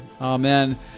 Amen